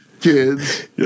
kids